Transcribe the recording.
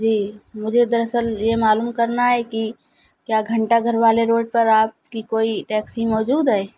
جی مجھے دراصل یہ معلوم کرنا ہے کہ کیا گھنٹہ گھر والے روڈ پر آپ کی کوئی ٹیکسی موجود ہے